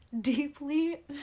deeply